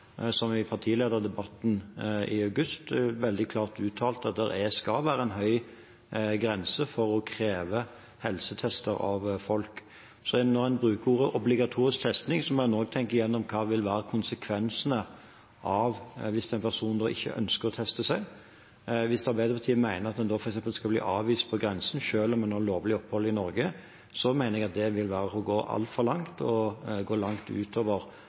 som i partilederdebatten i august veldig klart uttalte at det skal være en høy grense for å kreve helsetester av folk. Når en bruker ordene «obligatorisk testing», må en også tenke gjennom hva konsekvensene vil være hvis en person da ikke ønsker å teste seg. Hvis Arbeiderpartiet mener at en da f.eks. skal bli avvist på grensen, selv om en har lovlig opphold i Norge, mener jeg at det vil være å gå altfor langt, å gå langt utover